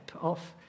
off